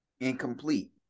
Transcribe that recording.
incomplete